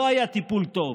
לא היה טיפול טוב.